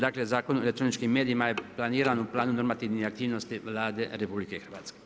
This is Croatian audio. Dakle, Zakon o elektroničkim medijima je planiran u planu normativni aktivnosti Vlade RH.